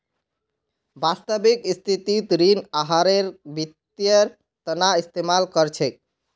वास्तविक स्थितित ऋण आहारेर वित्तेर तना इस्तेमाल कर छेक